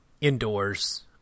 indoors